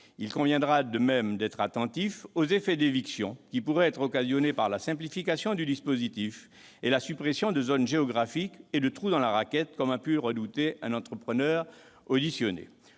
il conviendra de même d'être attentif aux effets d'éviction qui pourraient être occasionnés par la simplification du dispositif et la suppression des zones géographiques, ainsi qu'aux « trous dans la raquette », comme a pu le redouter un entrepreneur auditionné.